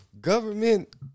government